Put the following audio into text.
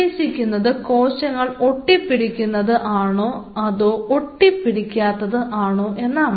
ഉദ്ദേശിക്കുന്നത് കോശങ്ങൾ ഒട്ടിപിടിക്കുന്നത് ആണോ അതോ ഒട്ടിപ്പിടിക്കാത്തത് ആണോ എന്നാണ്